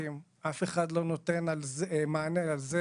אף אחד לא נותן מענה על הפקקים.